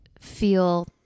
feel